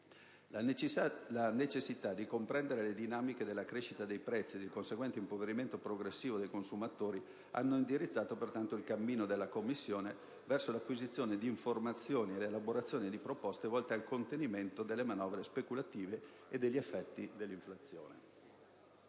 La necessità di comprendere le dinamiche della crescita dei prezzi e il conseguente impoverimento progressivo dei consumatori hanno indirizzato pertanto il cammino della Commissione verso l'acquisizione di informazioni, elaborazioni e proposte volte al contenimento delle manovre speculative e degli effetti dell'inflazione.